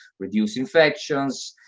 reduce infections,